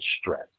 stress